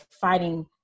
fighting